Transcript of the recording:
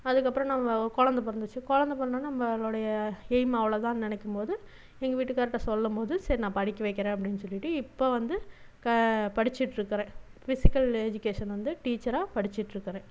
அதுக்கப்புறம் நாங்கள் கொழந்தை பிறந்துச்சி கொழந்தை பிறந்ததும் நம்மளுடைய எயிம் அவ்வளோ தான் நினைக்கும் போது எங்கள் வீட்டுக்காரர்ட்டே சொல்லும் போது சரி நான் படிக்க வைக்கிறன் அப்படினு சொல்லிட்டு இப்போ வந்து படிச்சிட்டுருக்குறேன் பிஸிக்கல் எஜிகேஷன் வந்து நம்ம டீச்சராக படிச்சிட்டுருக்குறேன்